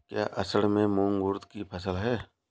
क्या असड़ में मूंग उर्द कि फसल है?